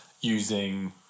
using